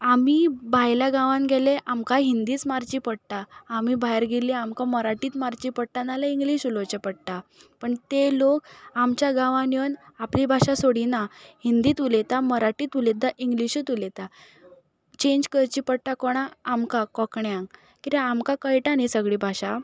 आमी भायल्या गांवान गेले आमकां हिंदीच मारची पडटा आमी भायर गेली आमकां मराठीच मारची पडटा नाल्यार इंग्लीश उलोवचें पडटा पण ते लोक आमच्या गांवांन येवन आपली भाशा सोडिना हिंदींत उलयता मराठीत उलयता इंग्लिशींत उलयता चेंज करची पडटा कोणाक आमकां कोंकण्यांक कित्यात आमकां कळटा न्ही सगली भाशा